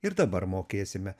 ir dabar mokėsime